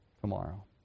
tomorrow